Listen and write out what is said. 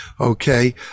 Okay